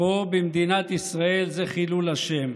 פה במדינת ישראל זה חילול השם.